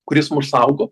kuris mus saugo